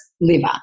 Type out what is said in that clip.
liver